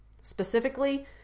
Specifically